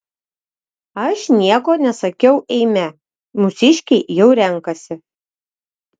aš nieko nesakiau eime mūsiškiai jau renkasi